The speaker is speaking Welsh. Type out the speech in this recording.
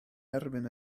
erbyn